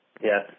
yes